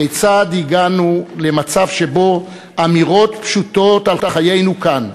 כיצד הגענו למצב שבו אמירות פשוטות על חיינו כאן,